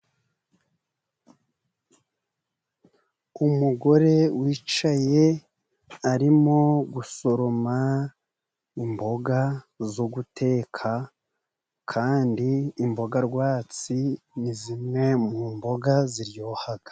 Umugore wicaye, arimo gusoroma imboga zo guteka, kandi imboga rwatsi ni zimwe mu mboga ziryoha.